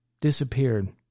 disappeared